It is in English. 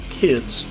kids